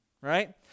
right